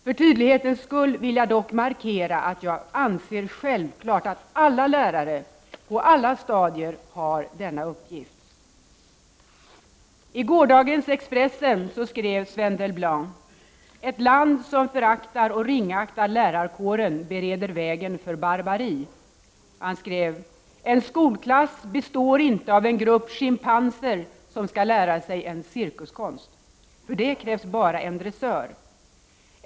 För tydlighetens skull vill jag dock markera att jag självfallet anser att alla lärare på alla stadier har denna uppgift. I gårdagens Expressen skev Sven Delblanc: ”Ett land som föraktar och ringaktar lärarkåren bereder vägen för barbari. En skolklass består inte av en grupp schimpanser, som ska lära sig en cirkuskonst. För det krävs bara en dressör.